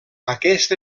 aquest